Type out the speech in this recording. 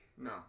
No